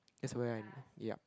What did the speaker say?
is when yup